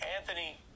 Anthony